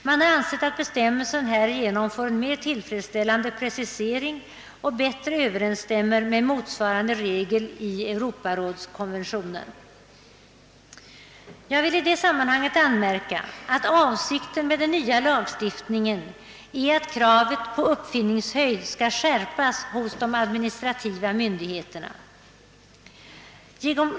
Man har ansett att bestämmelsen härigenom får mer tillfredsställande precisering och bättre överensstämmer med motsvarande regler i Europarådskonventionen. Jag vill i detta sammanhang anmärka att i den nya lagstiftningen avses att kravet på uppfinningshöjd skall skärpas hos de administrativa myndigheterna.